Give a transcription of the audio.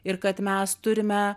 ir kad mes turime